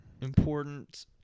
important